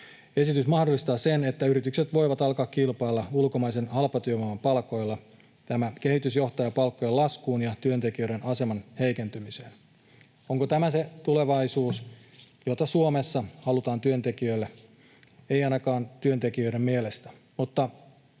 Esitys mahdollistaa sen, että yritykset voivat alkaa kilpailla ulkomaisen halpatyövoiman palkoilla. Tämä kehitys johtaa palkkojen laskuun ja työntekijöiden aseman heikentymiseen. Onko tämä se tulevaisuus, jota Suomessa halutaan työntekijöille? Ei ainakaan työntekijöiden mielestä.